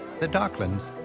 the docklands,